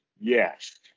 yes